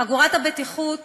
חגורת הבטיחות